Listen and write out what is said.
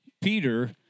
Peter